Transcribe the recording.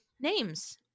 names